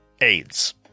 AIDS